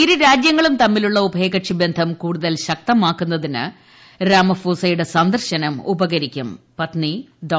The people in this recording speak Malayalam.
ഇരു രാജ്യങ്ങളും തമ്മിലുള്ള ഉഭയകക്ഷി ബന്ധം കൂടുതൽ ശക്തമാക്കുന്നതിന് രാമഫോസയുടെ സന്ദർശനം ഉപകരിക്കും പത്നി ഡോ